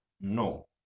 No